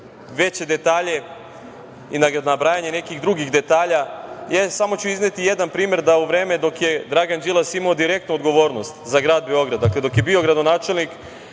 veće detalje i nabrajanje nekih drugih detalja, samo ću izneti jedan primer, da u vreme dok je Dragan Đilas imao direktnu odgovornost za grad Beograd, dakle dok je bio gradonačelnik,